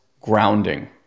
grounding